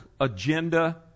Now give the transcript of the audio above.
agenda